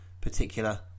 particular